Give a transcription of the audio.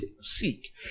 seek